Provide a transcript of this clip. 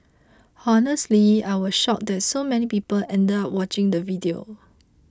honestly I was shocked that so many people ended up watching the video